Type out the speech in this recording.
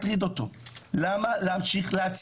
למה להמשיך להטריד אותו?